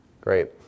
Great